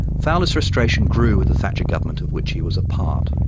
fowler's frustration grew with the thatcher government of which he was a part.